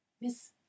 Miss